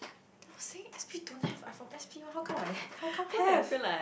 you see S_P don't have I'm from S_P one how come I how come have